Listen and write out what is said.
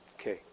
Okay